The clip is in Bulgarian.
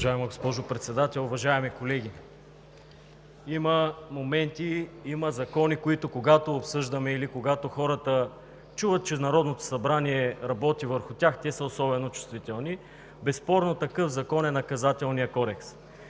Уважаема госпожо Председател, уважаеми колеги! Има моменти, има закони, които, когато обсъждаме или хората чуват, че Народното събрание работи върху тях, са особено чувствителни. Безспорно такъв закон е Наказателният кодекс.